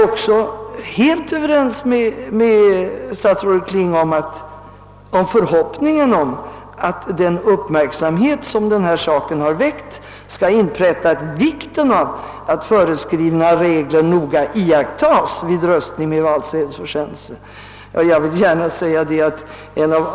Vidare säger justitieministern: »Den uppmärksamhet som saken har väckt kan förmodas ha inpräntat vikten av att föreskrivna regler noga iakttas vid röstning med valsedelsförsändelse.» Det är en förhoppning som jag också delar.